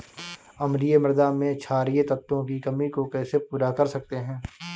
अम्लीय मृदा में क्षारीए तत्वों की कमी को कैसे पूरा कर सकते हैं?